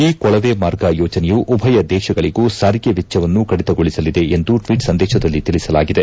ಈ ಕೊಳವೆ ಮಾರ್ಗ ಯೋಜನೆಯು ಉಭಯ ದೇಶಗಳಿಗೂ ಸಾರಿಗೆ ವೆಚ್ಚವನ್ನು ಕಡಿತಗೊಳಿಸಲಿದೆ ಎಂದೂ ಟ್ಲೀಟ್ ಸಂದೇಶದಲ್ಲಿ ತಿಳಿಸಲಾಗಿದೆ